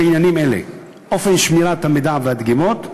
בעניינים אלה: (1) אופן שמירת המידע והדגימות,